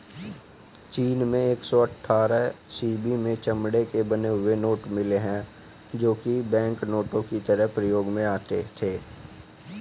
चीन में एक सौ अठ्ठारह बी.सी में चमड़े के बने हुए नोट मिले है जो की बैंकनोट की तरह प्रयोग में आते थे